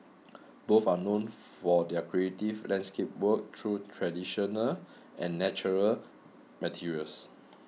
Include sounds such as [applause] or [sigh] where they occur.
both are known [noise] for their creative landscape work through traditional and natural materials